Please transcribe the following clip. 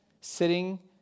sitting